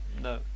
No